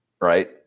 right